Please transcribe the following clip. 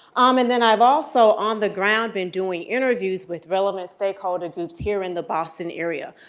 um and then i've also, on the ground, been doing interviews with relevant stakeholder groups here in the boston area,